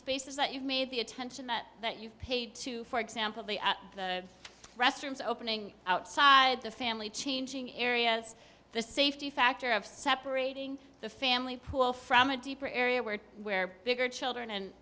spaces that you've made the attention that you've paid to for example the restrooms opening outside the family changing areas the safety factor of separating the family pool from a deeper area where where bigger children and